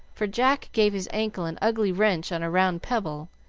for jack gave his ankle an ugly wrench on a round pebble,